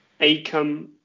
Acom